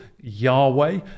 Yahweh